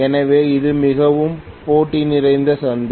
எனவே இது மிகவும் போட்டி நிறைந்த சந்தை